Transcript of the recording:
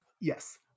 yes